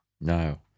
No